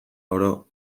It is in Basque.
oro